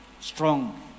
Strong